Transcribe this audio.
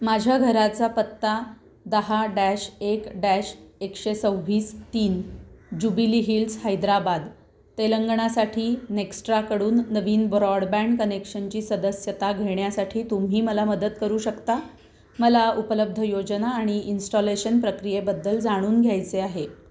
माझ्या घराचा पत्ता दहा डॅश एक डॅश एकशे सव्वीस तीन जुबिली हिल्स हैद्राबाद तेलंगणासाठी नेक्स्ट्राकडून नवीन ब्रॉडबँड कनेक्शनची सदस्यता घेण्यासाठी तुम्ही मला मदत करू शकता मला उपलब्ध योजना आणि इन्स्टॉलेशन प्रक्रियेबद्दल जाणून घ्यायचे आहे